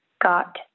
got